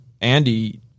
andy